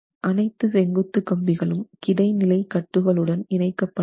அனைத்து செங்குத்து கம்பிகளும் கிடைநிலை கட்டுகளுடன் இணைக்கப்பட வேண்டும்